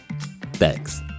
Thanks